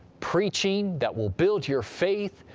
preaching that will build your faith,